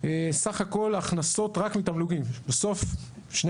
סך הכול ההכנסות רק מתמלוגים בסוף שני